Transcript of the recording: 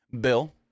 Bill